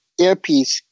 airpiece